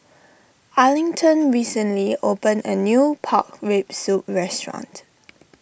Arlington recently opened a new Pork Rib Soup restaurant